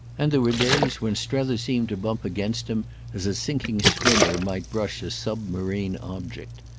and there were days when strether seemed to bump against him as a sinking swimmer might brush submarine object.